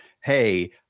Hey